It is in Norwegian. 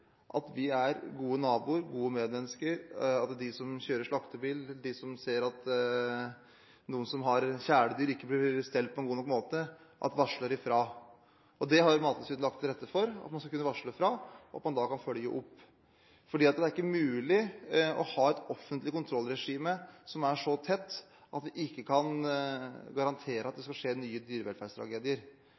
er gode naboer, gode medmennesker, at de som kjører slaktebil, de som ser at noen som har kjæledyr, ikke steller dem på en god nok måte, varsler fra. Mattilsynet har lagt til rette for at man skal kunne varsle fra, og at man da kan følge opp, for det er ikke mulig å ha et offentlig kontrollregime som er så tett at vi kan garantere at det ikke skal skje nye dyrevelferdstragedier.